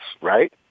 right